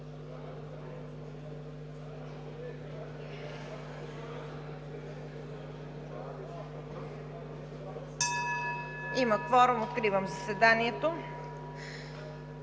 Има кворум – откривам заседанието.